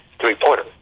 three-pointer